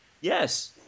Yes